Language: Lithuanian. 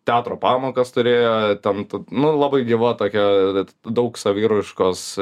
teatro pamokas turėjo ten nu labai gyva tokia vat daug saviraiškos